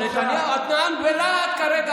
נתניהו לא הורשע.